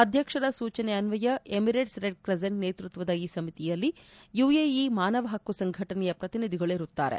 ಅಧ್ಯಕ್ಷರ ಸೂಚನೆ ಅನ್ವಯ ಎಮಿರೇಟ್ಸ್ ರೆಡ್ ಕ್ರೆಸೆಂಟ್ ನೇತೃತ್ವದ ಈ ಸಮಿತಿಯಲ್ಲಿ ಯುಎಇ ಮಾನವ ಪಕ್ಕು ಸಂಘಟನೆಯ ಪ್ರತಿನಿಧಿಗಳಿರುತ್ತಾರೆ